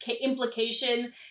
implication